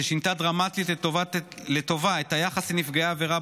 ששינתה דרמטית לטובה את היחס לנפגעי עבירה